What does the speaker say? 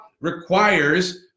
requires